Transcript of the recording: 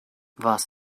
was